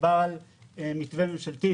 מדובר על מתווה ממשלתי,